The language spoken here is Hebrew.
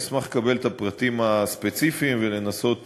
אני אשמח לקבל את הפרטים הספציפיים ולנסות